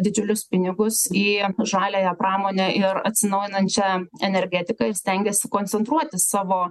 didžiulius pinigus į žaliąją pramone ir atsinaujinančią energetiką ir stengiasi koncentruoti savo